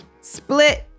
split